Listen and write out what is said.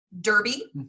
derby